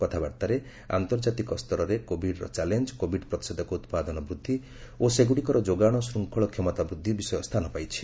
କଥାବାର୍ତ୍ତାରେ ଆନ୍ତର୍ଜାତିକ ସ୍ତରରେ କୋବିଡର ଚ୍ୟାଲେଞ୍ଜ କୋବିଡ ପ୍ରତିଷେଧକ ଉତ୍ପାଦନ ବୃଦ୍ଧି ଓ ସେଗୁଡ଼ିକର ଯୋଗାଣ ଶୃଙ୍ଖଳ କ୍ଷମତା ବୃଦ୍ଧି ବିଷୟ ସ୍ଥାନ ପାଇଛି